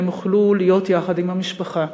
והם יוכלו להיות יחד עם המשפחה,